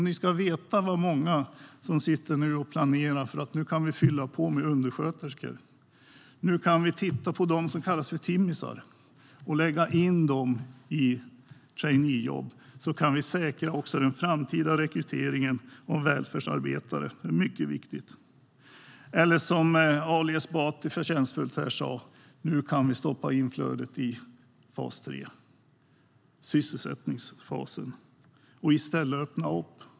Ni ska veta hur många som nu sitter och planerar för att kunna fylla på med undersköterskor. Nu kan man titta på dem som kallas för timmisar och lägga in dem i traineejobb. Så kan man säkra också den framtida rekryteringen av välfärdsarbetare. Det är mycket viktigt. Som Ali Esbati så förtjänstfullt sa: Nu kan vi stoppa flödet in till fas 3 - sysselsättningsfasen - och i stället öppna upp.